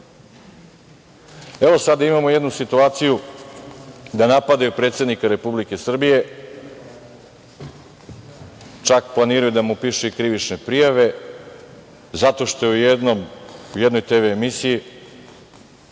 sada imamo jednu situaciju da napadaju predsednika Republike Srbije, čak planiraju da mu pišu i krivične prijave zato što je u jednoj TV emisiji